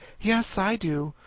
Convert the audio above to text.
yes i do.